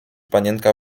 panienka